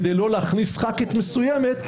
כדי לא להכניס חברת כנסת מסוימת.